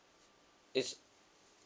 is